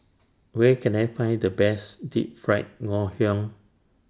Where Can I Find The Best Deep Fried Ngoh Hiang